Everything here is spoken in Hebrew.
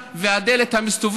הדבר הכי לא מרתיע,